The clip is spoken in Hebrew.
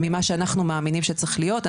ממה שאנחנו מאמינים שצריך להיות.